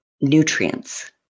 nutrients